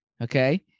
okay